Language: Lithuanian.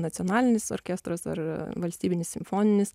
nacionalinis orkestras ar valstybinis simfoninis